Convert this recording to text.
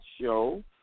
show